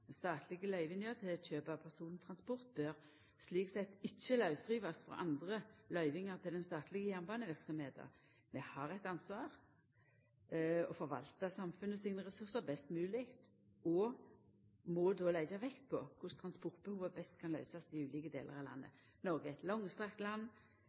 Den statlege løyvinga til kjøp av persontransport bør slik sett ikkje lausrivast frå andre løyvingar til den statlege jernbaneverksemda. Vi har eit ansvar for å forvalta samfunnet sine ressursar best mogleg og må då leggja vekt på korleis ein best kan møta transportbehova i ulike delar av landet. Noreg er eit langstrakt land